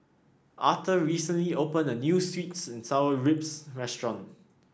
Auther recently opened a new sweet and Sour Pork Ribs restaurant